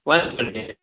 ಒಂದು ಹೋಳಿಗೆ